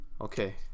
Okay